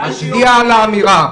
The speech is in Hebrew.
מצדיע לאמירה.